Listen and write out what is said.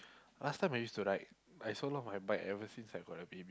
last time I used to ride I sold off my bike ever since I got a baby